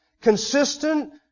consistent